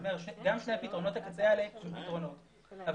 גם שני הפתרונות האלה הם פתרונות אבל